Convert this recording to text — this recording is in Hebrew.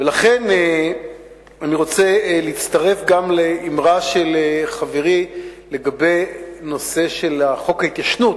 לכן אני רוצה להצטרף גם לאמרה של חברי לגבי ההתיישנות,